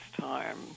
time